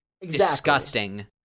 disgusting